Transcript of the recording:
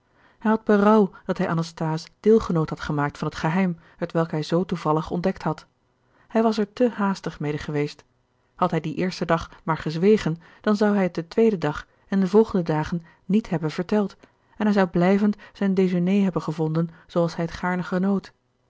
had berouw dat hij anasthase deelgenoot had gemaakt van het geheim hetwelk hij zoo toevallig ontdekt had hij was er te haastig mede geweest had hij dien eersten dag maar gezwegen dan zou hij het den tweeden dag en de volgende dagen niet hebben verteld en hij zou blijvend zijn dejeuné hebben gevonden zoo als hij het gaarne genoot